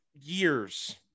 years